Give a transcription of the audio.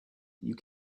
you